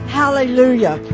hallelujah